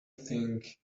think